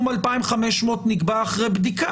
שהטיעון הוא הפוך ושאם הוועדה תגביה את הרף יותר מדי,